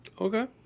Okay